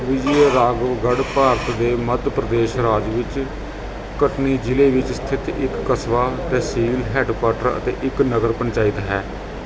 ਵਿਜੇਰਾਘਵਗੜ੍ਹ ਭਾਰਤ ਦੇ ਮੱਧ ਪ੍ਰਦੇਸ਼ ਰਾਜ ਵਿੱਚ ਕਟਨੀ ਜ਼ਿਲ੍ਹੇ ਵਿੱਚ ਸਥਿਤ ਇੱਕ ਕਸਬਾ ਤਹਿਸੀਲ ਹੈੱਡਕੁਆਰਟਰ ਅਤੇ ਇੱਕ ਨਗਰ ਪੰਚਾਇਤ ਹੈ